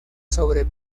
sobre